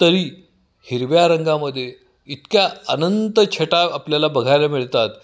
तरी हिरव्या रंगामध्ये इतक्या अनंत छटा आपल्याला बघायला मिळतात